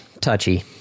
touchy